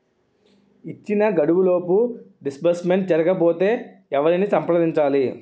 ఇచ్చిన గడువులోపు డిస్బర్స్మెంట్ జరగకపోతే ఎవరిని సంప్రదించాలి?